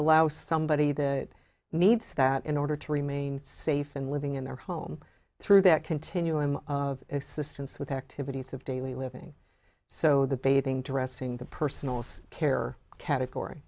allow somebody that needs that in order to remain safe and living in their home through that continuum of existence with activities of daily living so the bathing dressing the personal care category